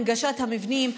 הנגשת המבנים,